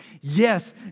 Yes